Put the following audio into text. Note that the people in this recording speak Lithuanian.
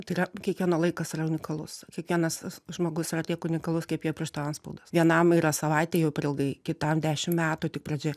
tai yra kiekvieno laikas yra unikalus kiekvienas tas žmogus yra tiek unikalus kaip jo pirštų antspaudas vienam yra savaitė jau per ilgai kitam dešimt metų tik pradžia